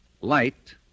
light